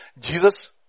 Jesus